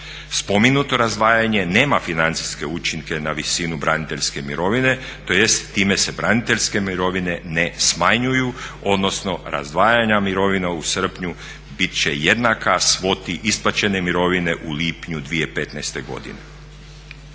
Spomenuto razdvajanje nema financijske učinke na visinu braniteljske mirovine tj. time se braniteljske mirovine ne smanjuju odnosno razdvajanja mirovina u srpnju bit će jednaka svoti isplaćene mirovine u lipnju 2015. godine.